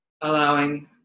allowing